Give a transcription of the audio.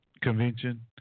convention